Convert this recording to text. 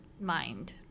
mind